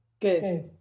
Good